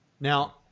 Now